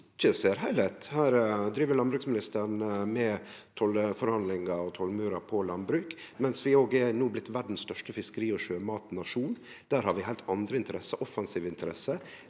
Her driv landbruksministeren med tollforhandlingar og tollmurar på landbruk, mens vi no er blitt verdas største fiskeri- og sjømatnasjon. Der har vi heilt andre interesser, offensive interesser.